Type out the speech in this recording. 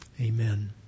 Amen